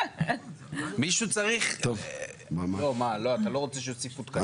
מישהו צריך, מה אתה לא רוצה שיוסיפו תקנים?